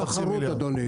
זה יושג בתחרות, אדוני.